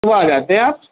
صُبح آ جاتے آپ